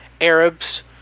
Arabs